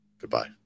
goodbye